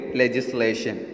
legislation